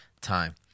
time